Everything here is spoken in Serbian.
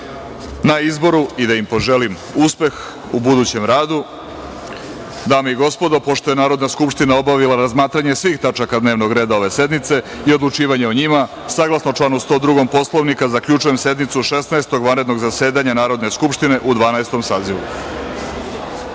na izboru i da im poželim uspeh u budućem radu. Dame i gospodo, pošto je Narodna skupština obavila razmatranje svih tačaka dnevnog reda ove sednice i odlučivanje o njima, saglasno članu 102. Poslovnika zaključujem sednicu Šesnaestog vanrednog zasedanja Narodne skupštine u Dvanaestom